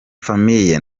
famille